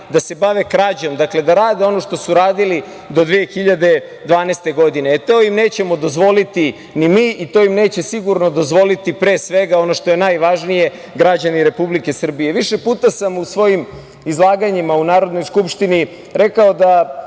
da se bave krađom, dakle da rade ono što su radili do 2012. godine. E, to im nećemo dozvoliti ni mi, to im neće sigurno dozvoliti, pre svega, ono što je najvažnije, ni građani Republike Srbije. Više puta sam u svojim izlaganjima u Narodnoj skupštini rekao da